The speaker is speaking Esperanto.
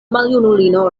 maljunulino